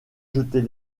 jeter